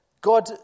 God